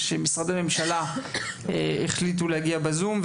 שמשרדי הממשלה החליטו להגיע בזום,